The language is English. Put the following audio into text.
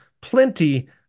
plenty